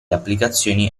applicazioni